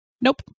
Nope